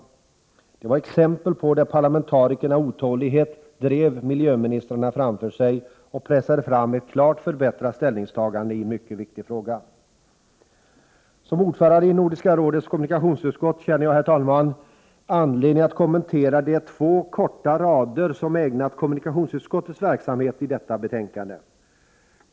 Detta var ett exempel på en mycket viktig fråga, där parlamentarikerna i sin otålighet drev miljöministrarna framför sig och pressade fram ett klart förbättrat ställningstagande. Som ordförande i Nordiska rådets kommunikationsutskott känner jag, herr talman, anledning att kommentera de två korta rader som ägnats kommunikationsutskottets verksamhet i det betänkande vi nu behandlar.